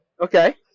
Okay